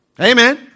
Amen